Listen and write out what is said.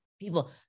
people